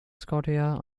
scotia